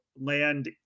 land